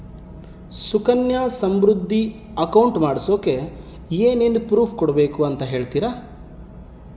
Sukanya Samriddhi account ಮಾಡಿಸೋಕೆ ಏನೇನು proof ಕೊಡಬೇಕು ಅಂತ ಹೇಳ್ತೇರಾ?